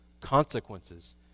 consequences